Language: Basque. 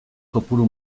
kopuru